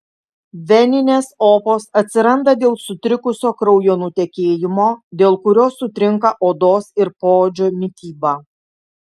veninės opos atsiranda dėl sutrikusio kraujo nutekėjimo dėl kurio sutrinka odos ir poodžio mityba